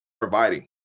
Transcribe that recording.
providing